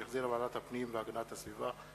שהחזירה ועדת הפנים והגנת הסביבה.